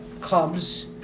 Cubs